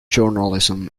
journalism